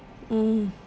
mm